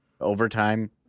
overtime